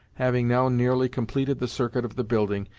having now nearly completed the circuit of the building,